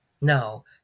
No